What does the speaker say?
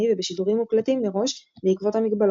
ובשידורים מוקלטים מראש בעקבות המגבלות.